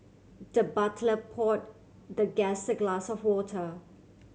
the butler poured the guest a glass of water